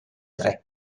tre